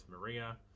Maria